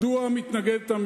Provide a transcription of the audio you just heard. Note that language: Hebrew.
מדוע הממשלה מתנגדת?